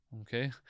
okay